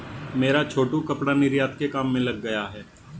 मेरा छोटू कपड़ा निर्यात के काम में लग गया है